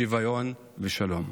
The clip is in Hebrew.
שוויון ושלום.